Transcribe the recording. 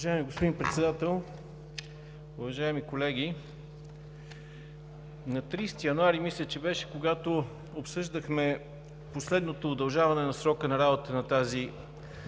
Уважаеми господин Председател, уважаеми колеги! На 30 януари, мисля, че беше, когато обсъждахме последното удължаване на срока на работа на тази